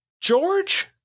George